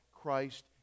Christ